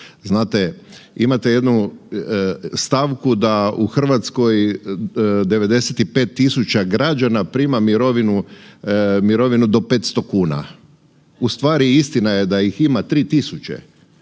Znate, imate jednu stavku da u Hrvatskoj 95.000 građana prima mirovinu do 500 kuna, ustvari istina je da ih ima 3.000,